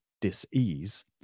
dis-ease